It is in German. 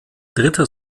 dritter